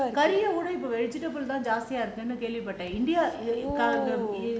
கறிய விட இப்போ ஜாஸ்தியா இருக்குன்னு கேள்வி பட்டேன்:kariya vida ippo jaasthiyaa irukunu kaelvi pattaen